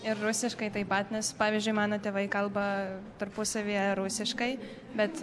ir rusiškai taip pat nes pavyzdžiui mano tėvai kalba tarpusavyje rusiškai bet